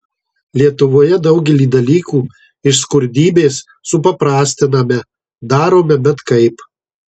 lietuvoje daugelį dalykų iš skurdybės supaprastiname darome bet kaip